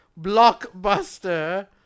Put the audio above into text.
Blockbuster